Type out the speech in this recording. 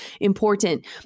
important